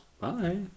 Bye